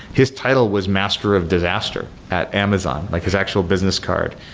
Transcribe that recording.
his title was master of disaster at amazon, like his actual business card.